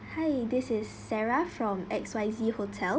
hi this is sarah from X_Y_Z hotel